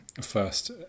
first